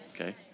Okay